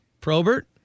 Probert